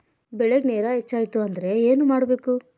ಬೆಳೇಗ್ ನೇರ ಹೆಚ್ಚಾಯ್ತು ಅಂದ್ರೆ ಏನು ಮಾಡಬೇಕು?